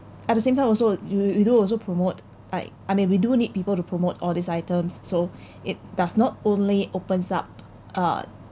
at the same time also you you do also promote I I mean we do need people to promote all these items so it does not only opens up uh